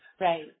Right